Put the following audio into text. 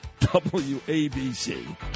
WABC